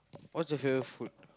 what's your favourite food